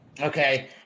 Okay